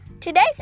Today's